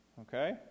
okay